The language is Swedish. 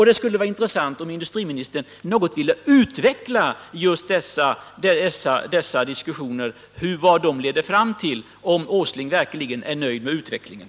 Det skulle vara intressant om industriministern något ville utveckla vad dessa diskussioner ledde fram till och säga om han verkligen är nöjd med utvecklingen.